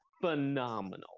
phenomenal